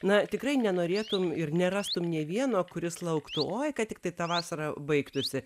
na tikrai nenorėtum ir nerastum nė vieno kuris lauktų oi kad tiktai ta vasara baigtųsi